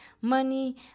money